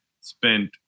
spent